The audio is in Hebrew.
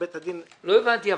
ובית הדין --- לא הבנתי.